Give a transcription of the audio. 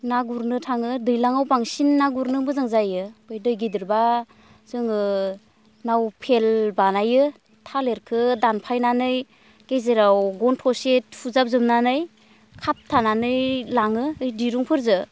ना गुरनो थाङो दैज्लांआव बांसिन ना गुरनो मोजां जायो बै दै गिदिरबा जोङो नाव फेल बानायो थालिरखौ दानफायनानै गेजेराव गन थसे थुजाबजोबनानै खाबथानानै लाङो दिरुंफोरजों